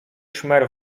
szmer